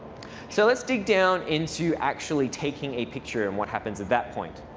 so let's dig down into actually taking a picture and what happens at that point.